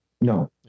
No